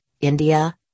India